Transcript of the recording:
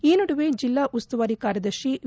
ಈ ನಡುವೆ ಜಿಲ್ಲಾ ಉಸ್ತುವಾರಿ ಕಾರ್ಯದರ್ಶಿ ವಿ